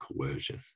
coercion